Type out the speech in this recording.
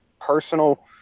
personal